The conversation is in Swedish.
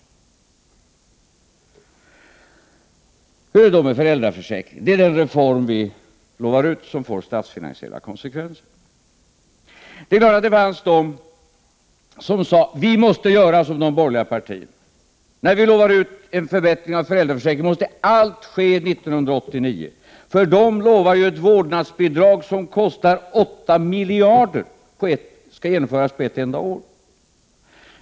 Hur är det då med föräldraförsäkringen? Det är nämligen den reform som vi utlovade som får statsfinansiella konsekvenser. Det är klart att det fanns de som sade att vi socialdemokrater måste göra som de borgerliga partierna. När vi lovar en förbättring av föräldraförsäkringen måste allt ske 1989, för de borgerliga lovar ju ett vårdnadsbidrag som kostar 8 miljarder kronor och som skall genomföras på ett enda år.